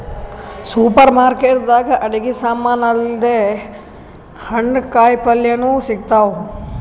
super market ದಾಗ್ ಅಡಗಿ ಸಮಾನ್ ಅಲ್ದೆ ಹಣ್ಣ್ ಕಾಯಿಪಲ್ಯನು ಸಿಗ್ತಾವ್